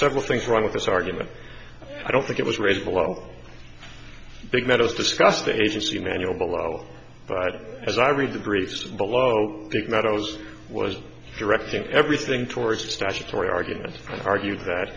several things wrong with this argument i don't think it was raised a lot of big meadows discussed the agency manual below but as i read the briefs below it meadows was directing everything toward statutory arguments argued that